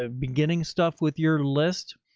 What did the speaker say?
ah beginning stuff with your list.